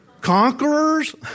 conquerors